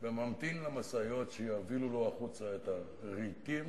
וממתין למשאיות שיובילו לו החוצה את הרהיטים,